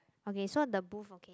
okay so the booth okay